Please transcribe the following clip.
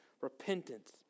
repentance